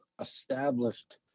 established